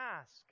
ask